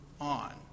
on